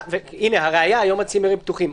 לראיה היום הצימרים פתוחים.